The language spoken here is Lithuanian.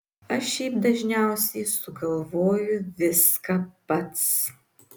aš šiaip dažniausiai sugalvoju viską pats